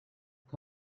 حتی